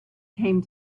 came